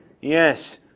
Yes